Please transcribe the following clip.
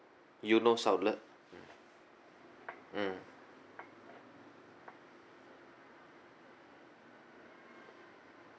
eunos outlet